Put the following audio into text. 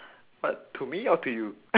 but to me or to you